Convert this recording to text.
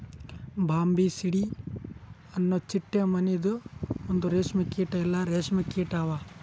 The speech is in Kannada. ಬಾಂಬಿಸಿಡೆ ಅನೊ ಚಿಟ್ಟೆ ಮನಿದು ಒಂದು ಕೀಟ ಇಲ್ಲಾ ರೇಷ್ಮೆ ಕೀಟ ಅವಾ